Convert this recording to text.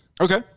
Okay